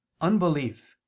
unbelief